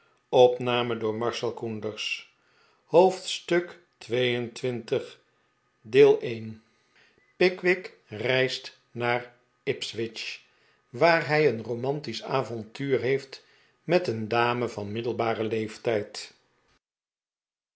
hoofdstuk xxii pickwick reist naar ipswich waar hij een romantisch avontuur heeft met een dame van middelbaren leeftijd